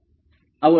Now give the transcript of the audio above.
मुलाखतदार आवड